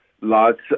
lots